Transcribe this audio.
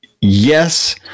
yes